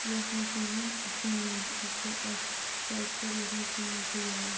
ییٚتھ منٛز چھِ یِوان چینٛج یہِ چھُ اَکھ فیٚکٹَر ییٚتھ منٛز چینٛج چھِ یِوان